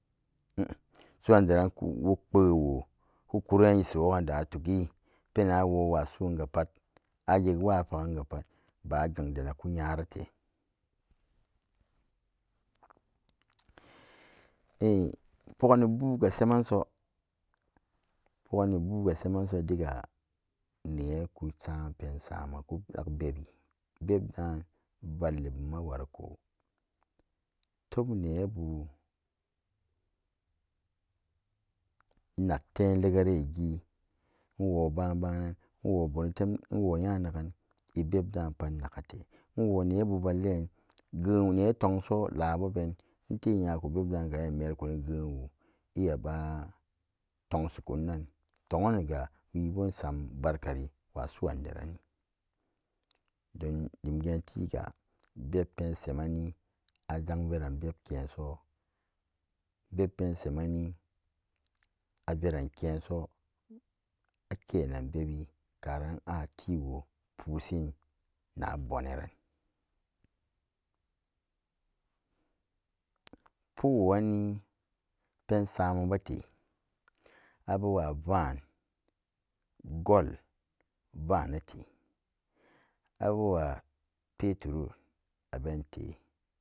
su'an deran ku'wuk pbewo kukura nyisiwok'an da tuggi penan awowa su'anga pat ayekwa afagan'ga pat baa gadanaku nyarate pogganni bu'uga shemanso-pogganni bu'uga shemaso digga neeku sam pensamen ku-nak bebbi bebda'an valli bumma wariko teb nebu inak tem legaregi nwo ba'an banan nwo bonotem nwo nya nag'an ebebda'an pat inagate inwo nebu vallen ge'en netongso labeben inte nyaku bebda'anga iya merikun ge'en wu iya ba tongshikun- nan tong'anniga wiibo insam barkari wa su'an deranni don dimgeentiga bebpensemeni. Azang veran bebke'enso bebpensemani azang veran bebke'enso bebpensemani averan keenso akenan bebbi karan a tiwo pusin nabone ran pukso'ani pensamenbete abewa va'an gold vaanate abewa petrol abente.